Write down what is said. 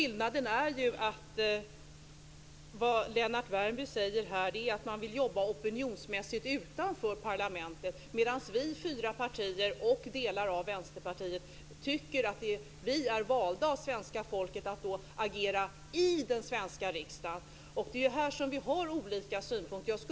Lennart Värmby säger att man vill jobba opinionsmässigt utanför parlamentet, medan vi fyra partier och delar av Vänsterpartiet tycker att vi är valda av svenska folket för att agera i den svenska riksdagen. Det är här som vi har olika synpunkter.